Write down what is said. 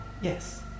yes